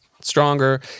stronger